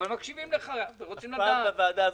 אבל מקשיבים לך ורוצים לדעת.